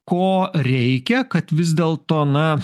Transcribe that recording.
ko reikia kad vis dėl to na